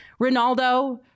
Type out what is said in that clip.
Ronaldo